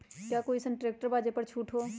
का कोइ अईसन ट्रैक्टर बा जे पर छूट हो?